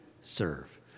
serve